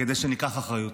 כדי שניקח אחריות,